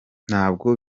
ntabwo